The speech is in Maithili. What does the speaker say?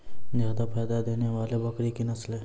जादा फायदा देने वाले बकरी की नसले?